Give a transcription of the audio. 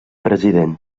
president